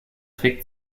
trick